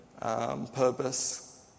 purpose